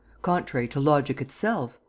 contrary to logic itself.